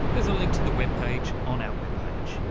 there's a link to the webpage on our webpage.